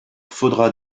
faudra